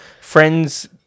Friends